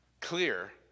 clear